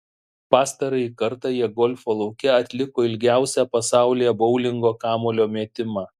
pastarąjį kartą jie golfo lauke atliko ilgiausią pasaulyje boulingo kamuolio metimą